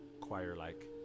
choir-like